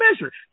measure